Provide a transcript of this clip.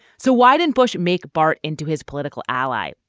so why didn't bush make bart into his political ally.